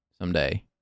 someday